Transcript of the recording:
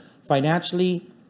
financially